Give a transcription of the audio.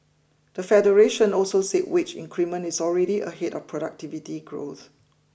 the Federation also said wage increment is already ahead of productivity growth